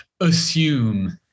assume